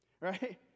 right